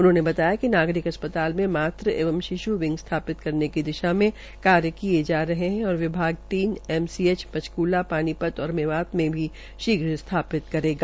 उन्होंने बताया कि नागरिक अस्पताल में मातु एवं शिश् विंग स्थातिप करने की दिशा में भी कार्य किए जा रहे हैं और विभाग द्वारा तीन एमसीएच पंचकूला पानीपत व मेवात में भी स्थापित करेगा